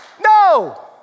No